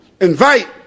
invite